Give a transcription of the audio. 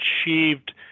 achieved